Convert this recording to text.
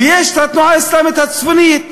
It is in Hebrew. ויש התנועה האסלאמית הצפונית,